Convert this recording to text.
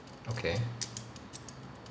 okay